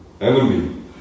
enemy